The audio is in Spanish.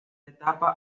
etapa